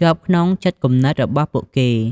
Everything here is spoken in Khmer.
ជាប់ក្នុងចិត្តគំនិតរបស់ពួកគេ។